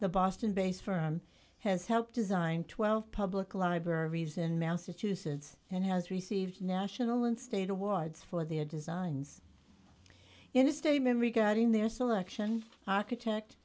the boston based firm has helped design twelve public libraries in massachusetts and has received national and state awards for their designs in a statement regarding their selection architect